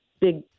big